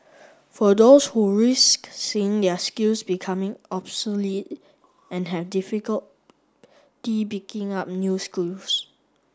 for those who risk seeing their skills becoming obsolete and have difficulty picking up new schools